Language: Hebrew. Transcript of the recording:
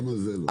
גם על זה לא.